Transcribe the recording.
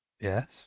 Yes